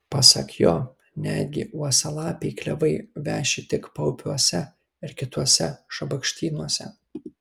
pasak jo netgi uosialapiai klevai veši tik paupiuose ir kituose šabakštynuose